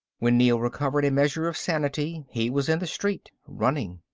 when neel recovered a measure of sanity he was in the street, running.